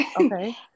okay